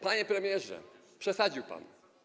Panie premierze, przesadził pan.